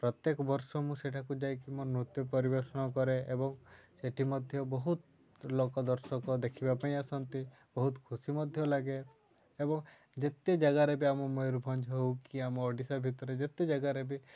ପ୍ରତ୍ୟେକ ବର୍ଷ ମୁଁ ସେଠାକୁ ଯାଇକି ମୋ ନୃତ୍ୟ ପରିବେଷଣ କରେ ଏବଂ ସେଇଠି ମଧ୍ୟ ବହୁତ ଲୋକ ଦର୍ଶକ ଦେଖିବା ପାଇଁ ଆସନ୍ତି ବହୁତ ଖୁସି ମଧ୍ୟ ଲାଗେ ଏବଂ ଯେତେ ଜାଗାରେ ବି ଆମ ମୟୂରଭଞ୍ଜ ହଉ କି ଆମ ଓଡ଼ିଶା ଭିତରେ ଯେତେ ଜାଗାରେ ବି